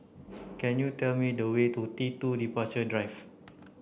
can you tell me the way to T two Departure Drive